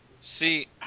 See